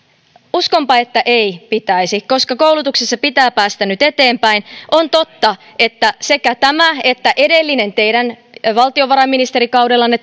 uskonpa että ei pitäisi koska koulutuksessa pitää päästä nyt eteenpäin on totta että sekä tämä että edellinen teidän valtiovarainministerikaudellanne